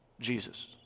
Jesus